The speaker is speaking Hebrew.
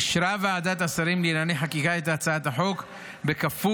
אישרה ועדת השרים לענייני חקיקה את הצעת החוק בכפוף